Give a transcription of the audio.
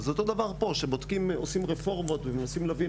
אותו דבר פה כשעושים רפורמות ומנסים להבין